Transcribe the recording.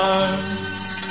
arms